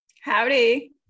Howdy